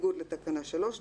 בניגוד לתקנה 3,